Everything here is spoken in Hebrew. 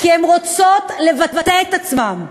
כי הן רוצות לבטא את עצמן,